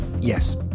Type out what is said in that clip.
Yes